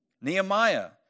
Nehemiah